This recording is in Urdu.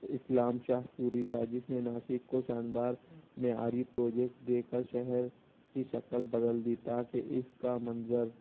اسلام شاہ سوری تھا جس نے ناسک کو شاندار معیاری پروجیکٹ دے کر شہر کی شکل بدل دی تاکہ اس کا منظر